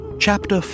Chapter